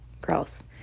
girls